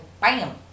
bam